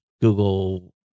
Google